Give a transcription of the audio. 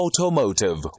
Automotive